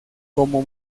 como